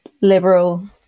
liberal